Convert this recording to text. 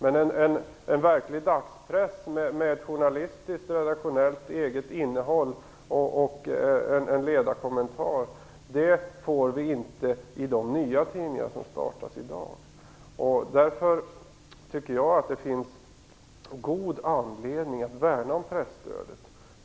En verklig dagspress med journalistiskt och redaktionellt eget innehåll och med en ledarkommentar får vi inte genom de nya tidningar som skapas i dag. Därför tycker jag att det finns god anledning att värna om presstödet.